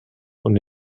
und